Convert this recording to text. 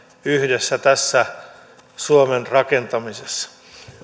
yhdessä tässä suomen rakentamisessa